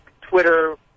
Twitter